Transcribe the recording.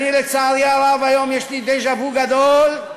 לצערי הרב, היום יש לי דז'ה-וו גדול,